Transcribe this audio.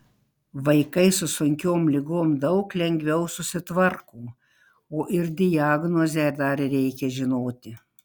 vaikai su sunkiom ligom daug lengviau susitvarko o ir diagnozę dar reikia žinoti